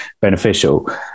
beneficial